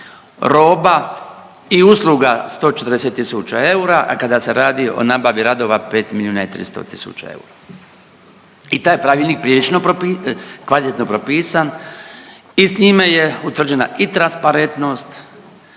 roba i usluga 140 000 eura, a kada se radi o nabavi radova 5 milijuna i 300000 eura. I taj je pravilnik prilično kvalitetno propisan i s njime je utvrđena i transparentnost